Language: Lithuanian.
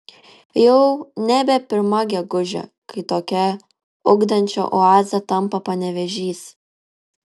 jau nebe pirma gegužė kai tokia ugdančia oaze tampa panevėžys